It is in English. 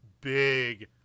big